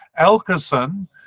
Elkerson